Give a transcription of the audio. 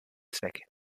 zweck